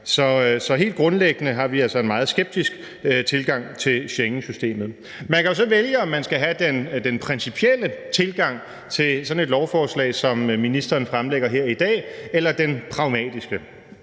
Så helt grundlæggende har vi altså en meget skeptisk tilgang til Schengensystemet. Man kan jo så vælge, om man skal have den principielle tilgang til sådan et lovforslag, som vi behandler her i dag, eller den pragmatiske.